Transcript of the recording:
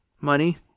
money